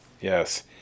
Yes